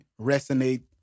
resonate